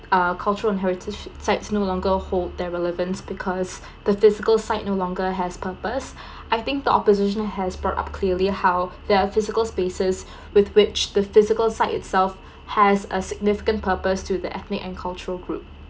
uh cultural and heritage site no longer hold their relevance because the physical site no longer has purpose I think the opposition has brought up clearly how their physical spaces with which the physical site itself has a significant purpose to the ethnic and cultural group